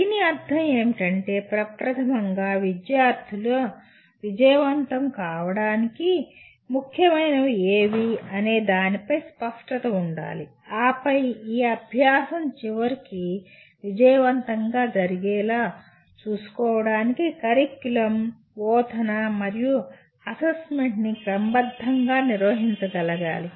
దీని అర్థం ఏమిటంటే ప్రప్రధమంగా విద్యార్థులలు విజయవంతం కావడానికి ముఖ్యమైనవి ఏవి అనే దానిపై స్పష్టత ఉండాలి ఆపై ఈ అభ్యాసం చివరికి విజయవంతంగా జరిగేలా చూసుకోవడానికి కరికులం బోధన మరియు అసెస్మెంట్ ని క్రమబద్ధంగా నిర్వహించగలగాలి